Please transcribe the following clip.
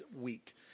week